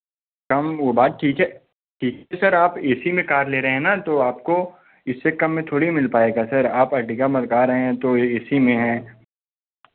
कम वो बात ठीक है लेकिन सर आप ए सी में कार ले रहे हैं न तो आपको इससे कम में थोड़ी मिल पाएगा सर आप आर्टिका मंगा रहे हैं तो ए सी में है